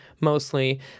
mostly